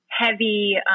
heavy